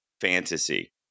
fantasy